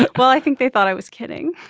but well i think they thought i was kidding